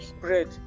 bread